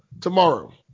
tomorrow